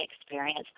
experience